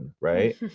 right